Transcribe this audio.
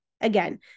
Again